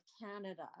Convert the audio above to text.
Canada